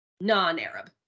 non-Arab